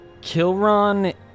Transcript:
Kilron